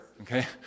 okay